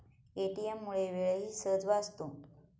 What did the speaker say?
ATM मुळे वेळही सहज वाचतो